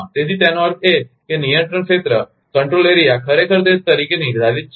તેથી તેનો અર્થ એ કે નિયંત્રણ ક્ષેત્ર ખરેખર તે તરીકે નિર્ધારિત છે